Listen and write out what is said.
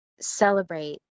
celebrate